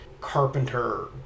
Carpenter